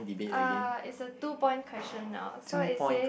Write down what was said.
uh is a two point question now so it says